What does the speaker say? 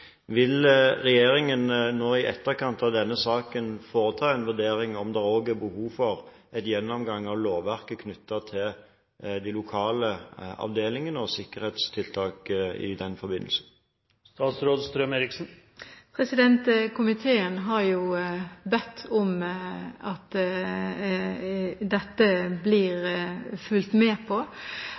Vil regjeringen nå, i etterkant av denne saken, foreta en vurdering av om det også er behov for en gjennomgang av lovverket knyttet til de lokale avdelingene og sikkerhetstiltak der? Komiteen har jo bedt om at det blir fulgt med på